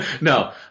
no